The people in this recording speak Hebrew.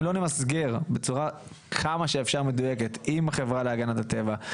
אם לא נמסגר בצורה כמה שאפשר מדויקת עם החברה להגנת הטבע,